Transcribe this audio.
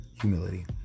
humility